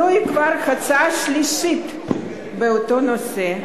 זוהי כבר ההצעה השלישית באותו נושא,